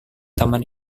taman